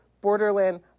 borderland